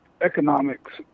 economics